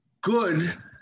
Good